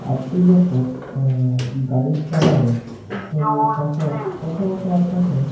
আপনি যখন গাড়ি চালাবেন তো তখন প্রথমত আপনাকে